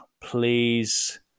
please